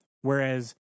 Whereas